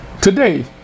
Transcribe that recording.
today